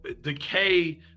decay